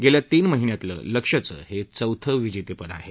गेल्या तीन महिन्यातलं लक्ष्यचं हे चौथं विजेतं पद आहे